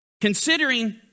Considering